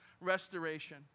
restoration